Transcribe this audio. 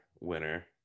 winner